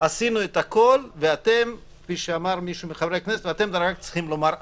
עשינו את הכול ואתם רק צריכים לומר אמן.